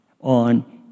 on